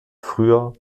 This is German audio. früher